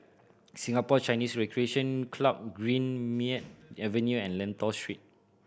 Singapore Chinese Recreation Club Greenmead Avenue and Lentor Street